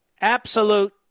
Absolute